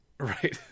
Right